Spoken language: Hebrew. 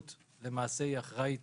למעשה אחראית